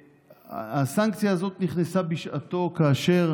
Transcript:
הסנקציה הזאת נכנסה, בשעתו, כאשר